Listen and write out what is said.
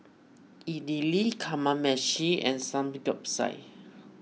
Idili Kamameshi and Samgyeopsal